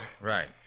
Right